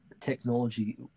technology